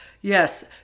Yes